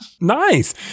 Nice